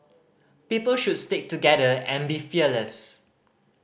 people should stick together and be fearless